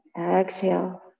Exhale